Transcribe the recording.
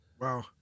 Wow